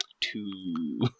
Two